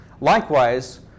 Likewise